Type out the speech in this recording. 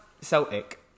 Celtic